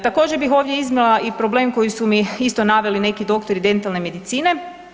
Također bih ovdje iznijela i problem koji su mi isto naveli neki doktori dentalne medicine.